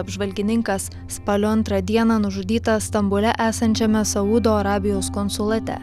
apžvalgininkas spalio antrą dieną nužudytas stambule esančiame saudo arabijos konsulate